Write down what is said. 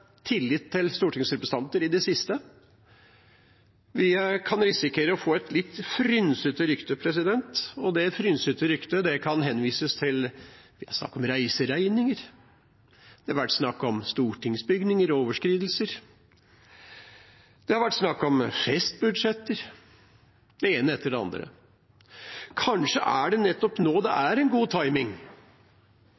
tillit til stortingsrepresentanter i det siste. Vi kan risikere å få et litt frynsete rykte, og det frynsete ryktet kan henvises til reiseregninger, det har vært snakk om stortingsbygninger og overskridelser, det har vært snakk om festbudsjetter – det ene etter det andre. Kanskje er det nettopp nå